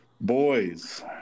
Boys